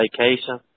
vacation